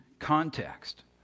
Context